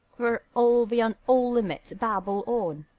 where all, beyond all limit, babble on.